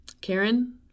karen